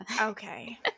Okay